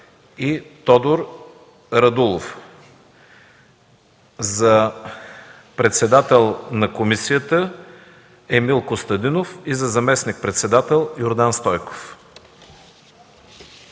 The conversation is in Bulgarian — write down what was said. и Тодор Радулов. За председател на комисията – Емил Костадинов, и за заместник-председател – Йордан Стойков.